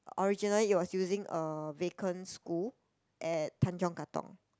originally it was using a vacant school at Tanjong-Katong